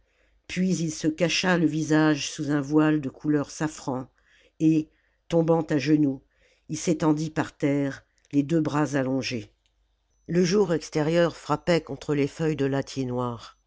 puis il se cacha le visage sous un voile de couleur safran et tombant à genoux il s'étendit par terre les deux bras allongés le jour extérieur frappait contre les feuilles de